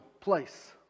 place